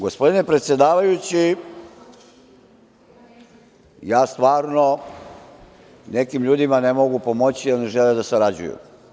Gospodine predsedavajući, ja stvarno nekim ljudima ne mogu pomoći jer ne žele da sarađuju.